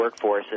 workforces